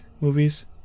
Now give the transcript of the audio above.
movies